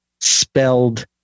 spelled